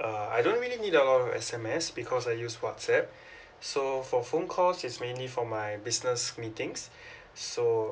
uh I don't really need a lot of S_M_S because I use whatsapp so for phone calls is mainly for my business meetings so